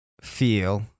feel